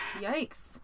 yikes